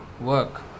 work